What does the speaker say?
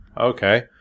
Okay